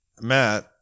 matt